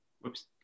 Whoops